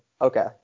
Okay